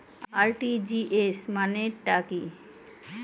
RTGS মানে টা কি?